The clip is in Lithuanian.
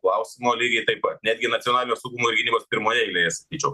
klausimo lygiai taip pat netgi nacionalinio saugumo ir gynybos pirmoje eilėje sakyčiau